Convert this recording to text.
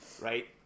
right